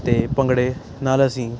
ਅਤੇ ਭੰਗੜੇ ਨਾਲ ਅਸੀਂ